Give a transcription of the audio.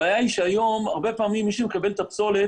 הבעיה היא שהיום הרבה פעמים מי שמקבל את הפסולת